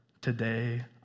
Today